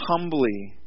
humbly